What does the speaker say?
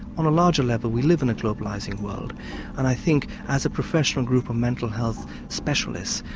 on a larger level we live in a globalising world and i think, as a professional group of mental health specialists,